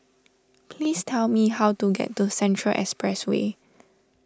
please tell me how to get to Central Expressway